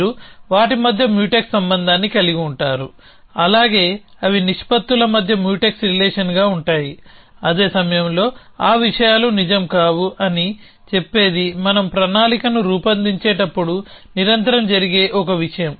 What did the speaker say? మీరు వాటి మధ్య మ్యూటెక్స్ సంబంధాన్ని కలిగి ఉంటారు అలాగే అవి నిష్పత్తుల మధ్య మ్యూటెక్స్ రిలేషన్గా ఉంటాయి అదే సమయంలో ఆ విషయాలు నిజం కావు అని చెప్పేది మనం ప్రణాళికను రూపొందించేటప్పుడు నిరంతరం జరిగే ఒక విషయం